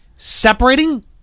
Separating